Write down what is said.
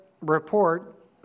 report